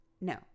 no